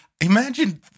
imagine